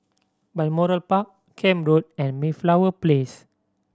Balmoral Park Camp Road and Mayflower Place